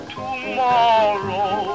tomorrow